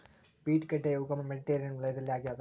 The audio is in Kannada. ಬೀಟ್ ಗಡ್ಡೆಯ ಉಗಮ ಮೆಡಿಟೇರಿಯನ್ ವಲಯದಲ್ಲಿ ಆಗ್ಯಾದ